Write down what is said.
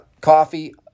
coffee